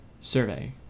survey